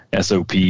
SOP